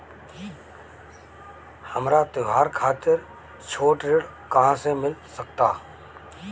हमरा त्योहार खातिर छोट ऋण कहाँ से मिल सकता?